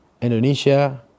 Indonesia